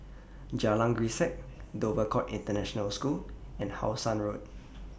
Jalan Grisek Dover Court International School and How Sun Road